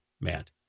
Matt